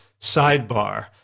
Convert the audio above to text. sidebar